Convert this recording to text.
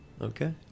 Okay